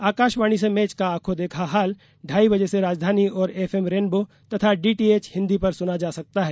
आकाशवाणी से मैच का आंखों देखा हाल ढाई बजे से राजधानी और एफएम रेनबो तथा डीटीएच हिंदी पर सुना जा सकता है